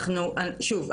שוב,